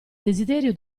desiderio